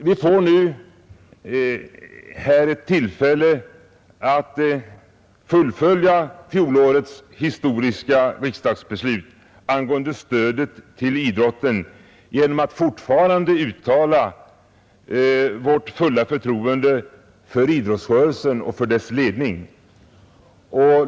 Vi får nu här ett tillfälle att fullfölja fjolårets historiska riksdagsbeslut angående stödet till idrotten genom att fortfarande uttala vårt fulla förtroende för idrottsrörelsen och dess ledning.